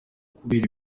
kubera